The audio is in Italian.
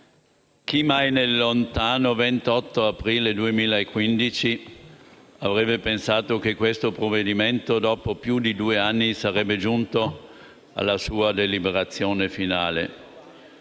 chi mai nel lontano 28 aprile 2015 avrebbe pensato che questo provvedimento, dopo più di due anni, sarebbe giunto alla sua deliberazione finale